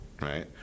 right